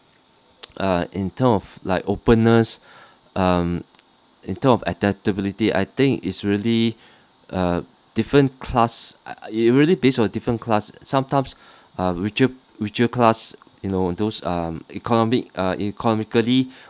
uh in term of like openness um in term of adaptability I think it's really uh different class it really based on different class sometimes um rich~ richer class you know those hmm economic uh economically